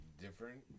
different